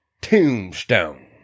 Tombstone